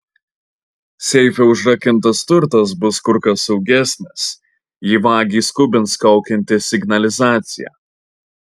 seife užrakintas turtas bus kur kas saugesnis jei vagį skubins kaukianti signalizacija